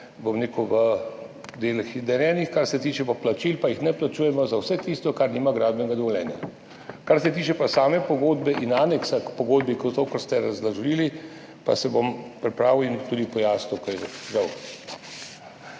bom rekel, v delih narejeno, kar se tiče plačil, pa jih ne plačujemo za vse tisto, kar nima gradbenega dovoljenja. Kar se tiče same pogodbe in aneksa k pogodbi, tega, kar ste razložili, pa se bom pripravil in tudi pojasnil. Žal.